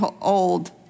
old